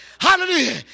hallelujah